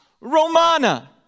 Romana